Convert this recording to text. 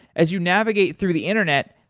as you navigate through the internet,